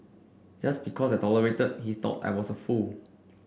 just because I tolerated he thought I was a fool